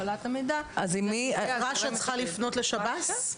רש"א צריכה לפנות לשב"ס?